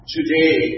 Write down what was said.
Today